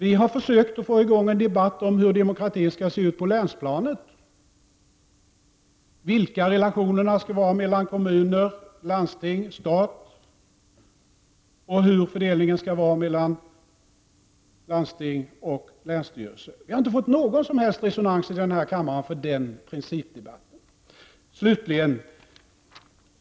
Vi har försökt få i gång en debatt om hur demokratin skall se ut på länsplanet, vilka relationerna skall vara mellan kommuner, landsting och stat och hur fördelningen skall vara mellan landsting och länsstyrelser. Vi har inte fått någon som helst resonans i kammaren för den principdebatten.